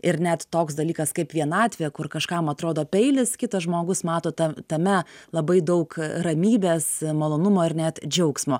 ir net toks dalykas kaip vienatvė kur kažkam atrodo peilis kitas žmogus mato ta tame labai daug ramybės malonumo ir net džiaugsmo